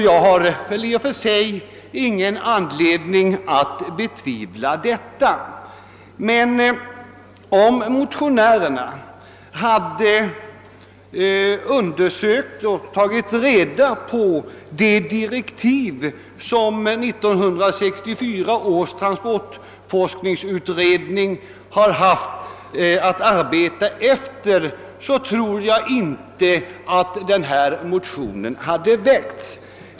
Jag har väl i och för sig ingen anledning att betvivla detta, men om motionärerna hade studerat de direktiv som 1964 års transportforskningsutredning har haft att arbeta efter, tror jag inte att motionerna hade väckts.